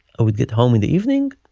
would get home in the evening.